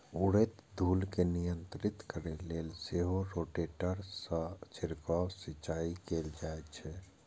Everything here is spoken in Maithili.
उड़ैत धूल कें नियंत्रित करै लेल सेहो रोटेटर सं छिड़काव सिंचाइ कैल जाइ छै